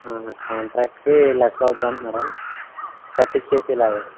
కాంట్రాక్ట్కే ఏడు లక్షలు అవుతుంది అంటన్నారా కట్టిచ్చేసేలాగా